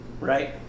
Right